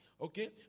Okay